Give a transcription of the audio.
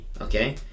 okay